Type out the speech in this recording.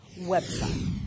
website